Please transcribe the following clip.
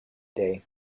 day